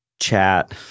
chat